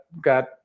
got